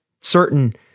certain